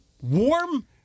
warm